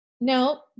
No